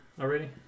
already